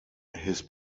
his